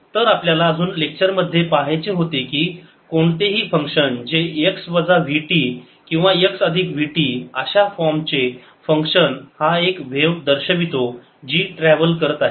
तर आपल्याला अजून लेक्चर मध्ये पाहायचे होते की कोणतेही फंक्शन जे x वजा vt किंवा x अधिक vt अशा फॉर्म चे फंक्शन हा एक व्हेव दर्शवितो जी ट्रॅव्हल करत आहे